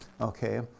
okay